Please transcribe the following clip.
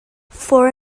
for